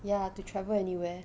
ya to travel anywhere